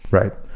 right.